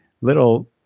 Little